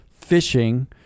fishing